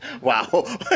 Wow